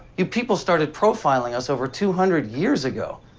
you people started profiling us over two hundred years ago.